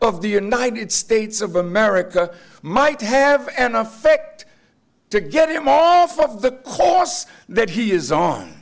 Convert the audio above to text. of the united states of america might have an effect to get him off of the course that he is on